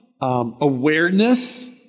Awareness